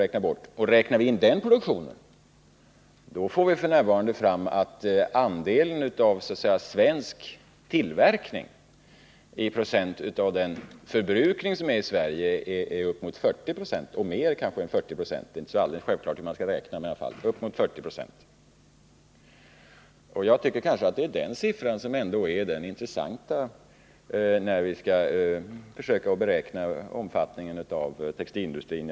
Räknar vi in den produktionen får vi fram ätt den andel som utgör svensk tillverkning av den förbrukning som sker i Sverige f. n. är uppemot 40 96, och kanske mer — det är inte helt självklart hur man skall räkna. Det är den siffran som jag tycker är den intressanta när vi skall försöka beräkna omfattningen av textilindustrin.